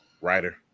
writer